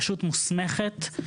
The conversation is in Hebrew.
בכלל לסמכויות שמדברים עליהן.